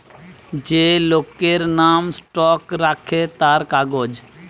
যে লোকের নাম স্টক রাখে তার কাগজ